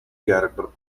character